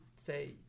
say